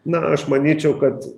na aš manyčiau kad